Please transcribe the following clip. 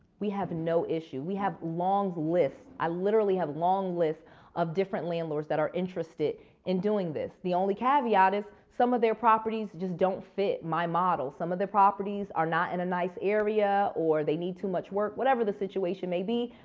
we have no issue. we have long list. i literally have long list of different landlords that are interested in doing this. the only caveat is some of their properties just don't fit my model. some of the properties are not in a nice area or they need to much work. whatever the situation maybe.